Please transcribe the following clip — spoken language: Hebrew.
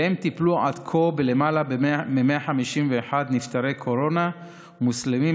הם טיפלו עד כה בלמעלה מ-151 נפטרי קורונה מוסלמים,